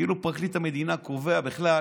כאילו פרקליט המדינה קובע בכלל